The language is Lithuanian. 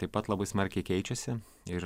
taip pat labai smarkiai keičiasi ir